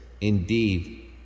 Indeed